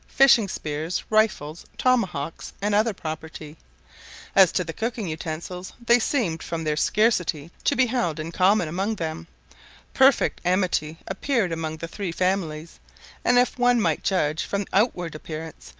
fishing-spears, rifles, tomahawks, and other property as to the cooking utensils they seemed from their scarcity to be held in common among them perfect amity appeared among the three families and, if one might judge from outward appearance,